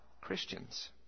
Christians